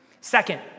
Second